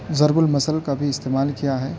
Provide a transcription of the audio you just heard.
ضرب المثل کا بھی استعمال کیا ہے